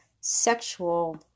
sexual